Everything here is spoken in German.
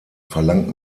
verlangt